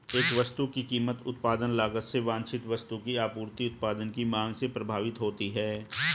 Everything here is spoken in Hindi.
एक वस्तु की कीमत उत्पादन लागत से वांछित वस्तु की आपूर्ति और उत्पाद की मांग से प्रभावित होती है